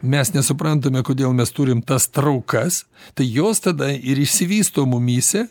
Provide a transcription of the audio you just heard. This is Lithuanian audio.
mes nesuprantame kodėl mes turim tas traukas tai jos tada ir išsivysto mumyse